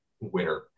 winner